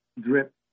drip